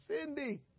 cindy